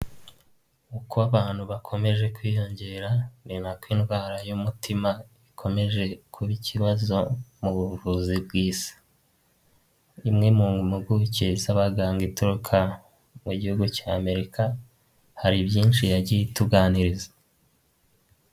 Uko abantu bakomeje kwiyongera ni na ko indwara y'umutima ikomeje kuba ikibazo mu buvuzi bw'isi, imwe mumpuguke z'abaganga ituruka mu gihugu cy'Amerika, hari byinshi yagiye ituganiriza.